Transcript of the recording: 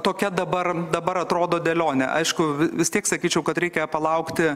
tokia dabar dabar atrodo dėlionė aišku vis tiek sakyčiau kad reikia palaukti